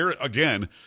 again